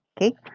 Okay